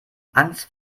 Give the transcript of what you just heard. angst